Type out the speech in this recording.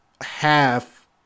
half